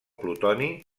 plutoni